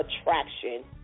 attraction